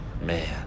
Man